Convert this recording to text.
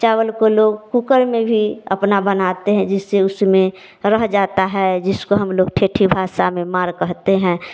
चावल को लोग कुकर में भी अपना बनाते हैं जिससे उसमें रह जाता है जिसको हम लोग ठेठी भाषा में मांड कहते हैं